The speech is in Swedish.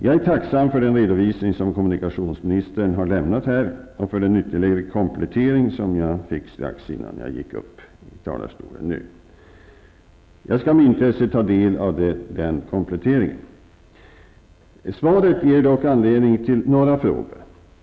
Jag är tacksam för den redovisning som kommunikationsministern har lämnat och för den komplettering som jag fick strax innan jag gick upp i talarstolen och som jag med intresse skall ta del av. Svaret ger dock anledning till några frågor.